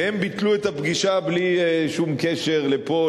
שהם ביטלו את הפגישה בלי שום קשר לפה,